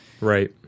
Right